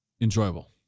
enjoyable